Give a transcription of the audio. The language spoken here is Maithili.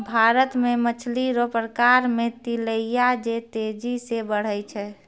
भारत मे मछली रो प्रकार मे तिलैया जे तेजी से बड़ै छै